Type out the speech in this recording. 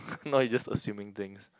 now you're just assuming things